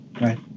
Right